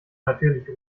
natürlich